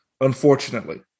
unfortunately